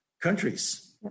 countries